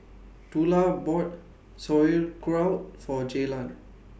Tula bought Sauerkraut For Jaylan